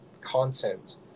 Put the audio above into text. content